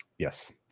Yes